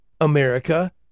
America